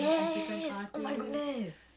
yes yes